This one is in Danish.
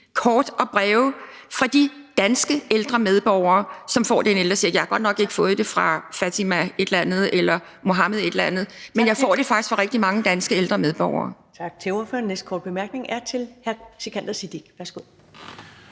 taknemlighed, fra de danske ældre medborgere, som får den ældrecheck. Jeg har godt nok ikke fået det fra Fatima et eller andet eller fra Mohammed et eller andet, men jeg får det faktisk fra rigtig mange danske ældre medborgere. Kl. 10:43 Første næstformand (Karen Ellemann): Tak. Den